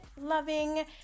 loving